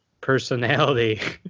personality